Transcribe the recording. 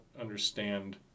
understand